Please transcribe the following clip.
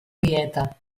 dieta